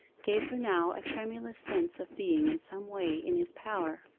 gave her now a tremulous sense of being in some way in his power.